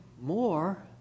more